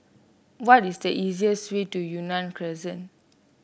what is the easiest way to Yunnan Crescent